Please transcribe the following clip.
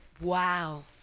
wow